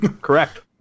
Correct